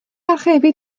archebu